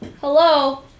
hello